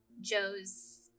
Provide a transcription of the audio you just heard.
Joe's